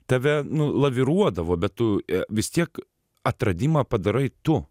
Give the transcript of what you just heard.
tave nu laviruodavo bet tu vis tiek atradimą padarai tu